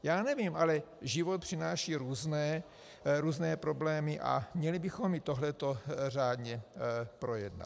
Já nevím, ale život přináší různé problémy a měli bychom i tohle řádně projednat.